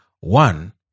One